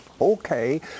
Okay